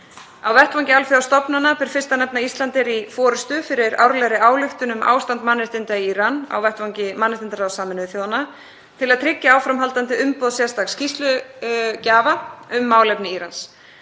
Á vettvangi alþjóðastofnana ber fyrst að nefna að Ísland er í forystu fyrir árlegri ályktun um ástand mannréttinda í Íran á vettvangi mannréttindaráðs Sameinuðu þjóðanna til að tryggja áframhaldandi umboð sérstaks skýrslugjafa um málefni Írans.